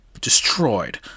destroyed